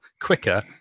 quicker